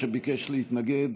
שביקש להתנגד.